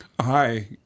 Hi